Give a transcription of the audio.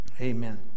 Amen